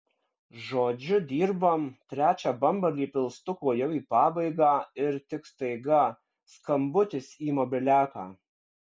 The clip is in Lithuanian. žodžiu dirbam trečią bambalį pilstuko jau į pabaigą ir tik staiga skambutis į mobiliaką